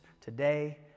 today